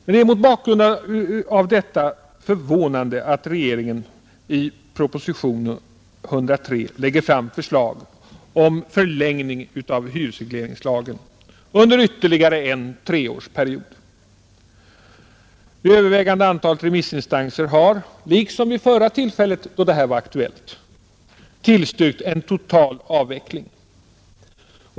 Det är mot bakgrunden av detta förvånande att regeringen i propositionen 103 lägger fram förslag om förlängning av hyresregleringslagen under ytterligare en treårsperiod. Det övervägande antalet remissinstanser har — liksom vid förra tillfället då frågan var aktuell — tillstyrkt en total avveckling.